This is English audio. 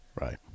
Right